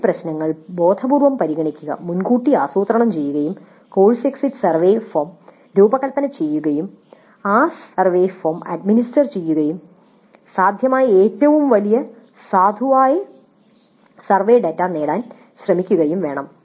ഈ പ്രശ്നങ്ങൾ ബോധപൂർവ്വം പരിഗണിക്കുക മുൻകൂട്ടി ആസൂത്രണം ചെയ്യുകയും കോഴ്സ് എക്സിറ്റ് സർവേ ഫോം രൂപകൽപ്പന ചെയ്യുകയും ആ സർവേ ഫോം അഡ്മിനിസ്റ്റർ ചെയ്യുകയും സാധ്യമായ ഏറ്റവും വലിയ സാധുവായ സർവേ ഡാറ്റ നേടാൻ ശ്രമിക്കുകയും വേണം